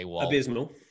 abysmal